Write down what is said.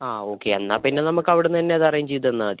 ആ ഓക്കേ എന്നാൽപ്പിന്നെ നമുക്ക് അവിടുന്നുതന്നെ അത് അറേഞ്ച് ചെയ്തുതന്നാൽമതി